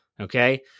Okay